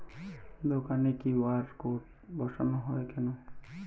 দোকানে Q R code বসানো হয় কেন?